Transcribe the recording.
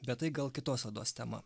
bet tai gal kitos odos tema